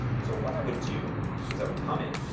so, what i would do is, i would come in